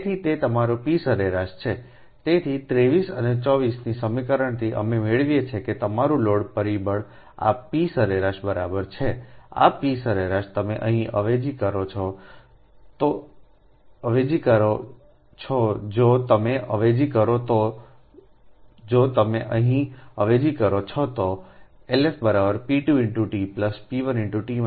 તેથી તે તમારી p સરેરાશ છે તેથી 23 અને 24 ના સમીકરણથી અમે મેળવીએ છીએ કે તમારું લોડ પરિબળ આ p સરેરાશ બરાબર છે આ p સરેરાશ તમે અહીં અવેજી કરો છો જો તમે અવેજી કરો તો જો તમે અહીં અવેજી કરો છો તો LF p2 t p1 p2Tછે